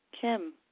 Kim